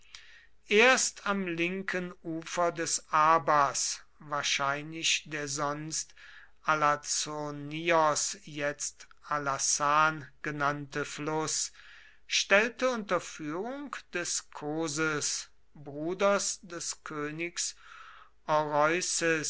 erst am linken ufer des abas wahrscheinlich der sonst alazonios jetzt alasan genannte fluß stellte unter führung des koses bruders des königs